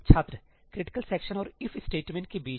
छात्र critical section और if statement के बीच